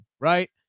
right